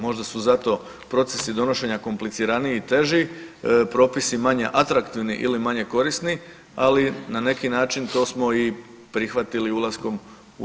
Možda su zato procesi donošenja kompliciraniji i teži, propisi manje atraktivni ili manje korisni, ali na neki način to smo i prihvatili ulaskom u EU.